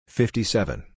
fifty-seven